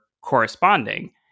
corresponding